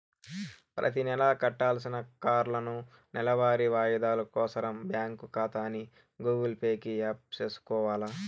ప్రతినెలా కట్టాల్సిన కార్లోనూ, నెలవారీ వాయిదాలు కోసరం బ్యాంకు కాతాని గూగుల్ పే కి యాప్ సేసుకొవాల